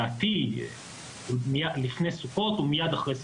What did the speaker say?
לדעתי לפני סוכות או מיד אחרי סוכות.